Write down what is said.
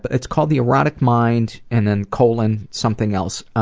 but it's called the erotic mind and then colon, something else. um,